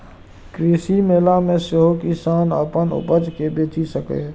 कृषि मेला मे सेहो किसान अपन उपज कें बेचि सकैए